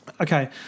okay